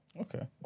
okay